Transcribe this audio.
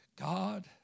God